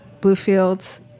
Bluefields